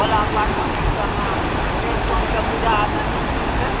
भोलाबाबाके मन्दिर सबमे रवि सोमके पूजामे नीक होइ छै